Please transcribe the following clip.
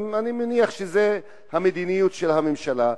אני מניח שזו המדיניות של הממשלה,